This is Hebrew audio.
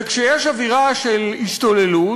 וכשיש אווירה של השתוללות,